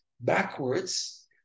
backwards